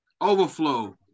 Overflow